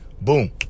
boom